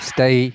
Stay